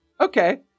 Okay